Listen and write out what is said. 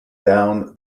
down